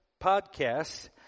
podcasts